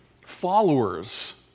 followers